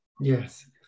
yes